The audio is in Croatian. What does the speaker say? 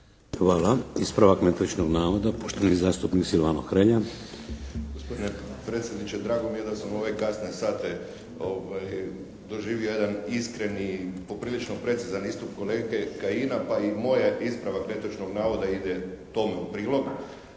Hvala. Ispravak netočnog navoda, poštovani zastupnik Silvano Hrelja. **Hrelja, Silvano (HSU)** Gospodine predsjedniče, drago mi je da sam u ove kasne sate doživio jedan iskreni poprilično precizan istup kolege Kajina. Pa i moj je ispravak netočnog navoda ide tome u prilog.